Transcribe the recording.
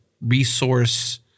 resource